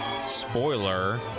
Spoiler